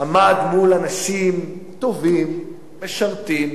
עמד מול אנשים טובים, משרתים,